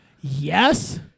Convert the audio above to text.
Yes